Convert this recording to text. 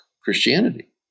Christianity